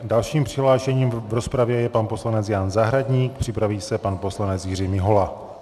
Dalším přihlášeným v rozpravě je pan poslanec Jan Zahradník, připraví se pan poslanec Jiří Mihola.